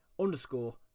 underscore